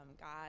God